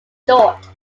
short